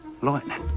Lightning